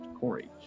Corey